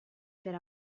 per